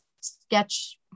sketch